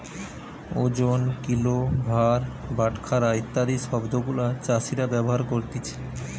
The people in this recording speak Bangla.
ওজন, কিলো, ভার, বাটখারা ইত্যাদি শব্দ গুলা চাষীরা ব্যবহার করতিছে